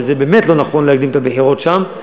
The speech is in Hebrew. וזה באמת לא נכון להקדים את הבחירות שם.